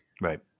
Right